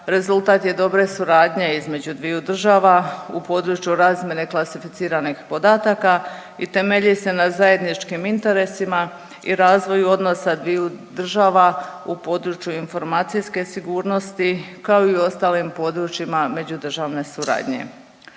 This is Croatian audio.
rezultat je dobre suradnje između dviju država u području razmjene klasificiranih podataka i temelji se na zajedničkim interesima i razvoju odnosa dviju država u području informacijske sigurnosti, kao i u ostalim područjima međudržavne suradnje.